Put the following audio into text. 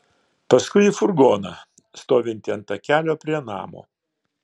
paskui į furgoną stovintį ant takelio prie namo